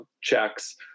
checks